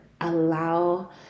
allow